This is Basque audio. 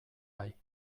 bai